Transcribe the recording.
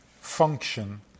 function